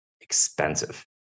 expensive